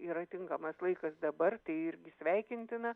yra tinkamas laikas dabar tai irgi sveikintina